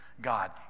God